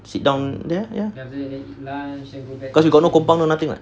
sit down there ya cause we got no kompang or nothing [what]